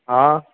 હા